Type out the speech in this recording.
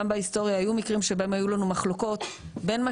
גם בהיסטוריה היו מקרים שהיו לנו מחלוקות בין מה